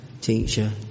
teacher